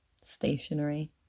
stationary